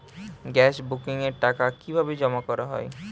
Gas বুকিংয়ের টাকা কিভাবে জমা করা হয়?